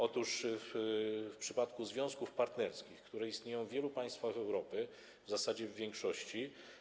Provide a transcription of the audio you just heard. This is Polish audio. Otóż w przypadku związków partnerskich, które istnieją w wielu państwach Europy, w zasadzie w większości.